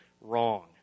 wrong